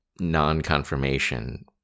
non-confirmation